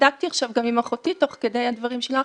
בדקתי עכשיו גם עם אחותי תוך כדי הדברים שלך,